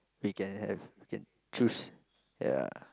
we can have choose ya